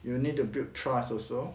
you will need to build trust also